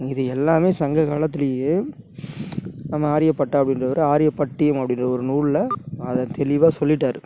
இது எல்லாமே சங்கக்காலத்துலேயே நம்ம ஆரியப்பட்டா அப்படிங்கிறவரு ஆரியபட்டியம் அப்படின்ற ஒரு நூலில் அதை தெளிவாக சொல்லிவிட்டாரு